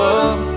up